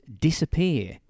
disappear